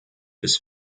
his